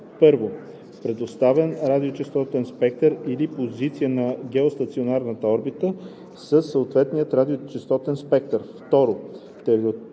1. предоставен радиочестотен спектър или позиция на геостационарната орбита със съответния радиочестотен спектър; 2.